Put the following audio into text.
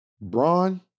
Braun